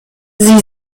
sie